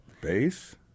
Bass